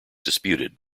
disputed